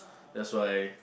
that's why